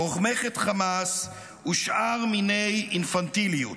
תומכת חמאס ושאר מיני אינפנטיליות.